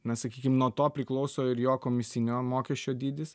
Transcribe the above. na sakykim nuo to priklauso ir jo komisinio mokesčio dydis